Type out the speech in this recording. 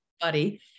buddy